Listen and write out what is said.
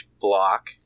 block